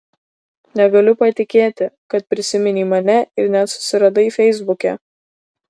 negaliu patikėti kad prisiminei mane ir net susiradai feisbuke